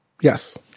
yes